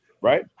Right